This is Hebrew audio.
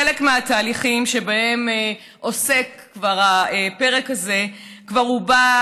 חלק מהתהליכים שבהם עוסק הפרק הזה כבר עובד